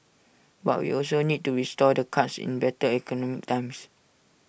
but we also need to restore the cuts in better economic times